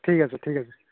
ঠিক আছে ঠিক আছে